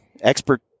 expert